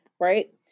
Right